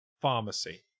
pharmacy